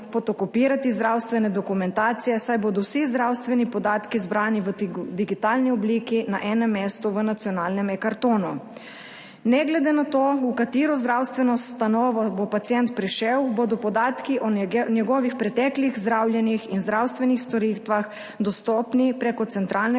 fotokopirati zdravstvene dokumentacije, saj bodo vsi zdravstveni podatki zbrani v digitalni obliki na enem mestu v nacionalnem eKartonu. Ne glede na to, v katero zdravstveno ustanovo bo pacient prišel, bodo podatki o njegovih preteklih zdravljenjih in zdravstvenih storitvah dostopni preko centralnega